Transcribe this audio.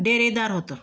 डेरेदार होतं